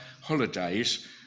holidays